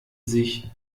sich